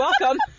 Welcome